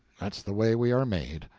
that's the way we are made.